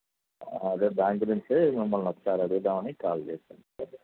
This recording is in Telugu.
అదే దాని గురించే మిమ్మల్ని ఒకసారి అడుగుదామని కాల్ చేసాను సార్